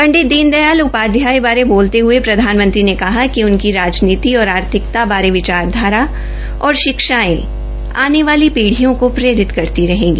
पंडित दीन दयाल उपाध्याय बारे बोलते हये प्रधानमंत्री ने कहा कि उनकी राजनीति और आर्थिकता बारे विचारधारा और शिक्षायें आने वाली पीप्रियों को प्रेरित करती रहेगी